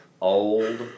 old